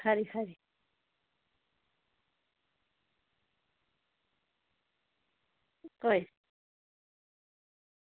खरी खरी